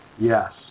yes